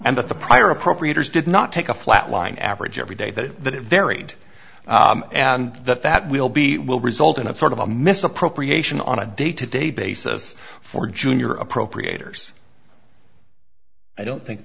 and that the prior appropriators did not take a flat line average every day that varied and the fat will be will result in a sort of a misappropriation on a day to day basis for junior appropriators i don't think